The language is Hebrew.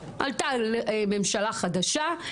עלתה ממשלה חדשה,